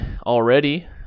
already